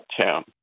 town